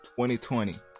2020